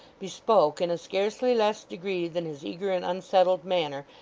bespoke, in a scarcely less degree than his eager and unsettled manner,